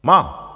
Má!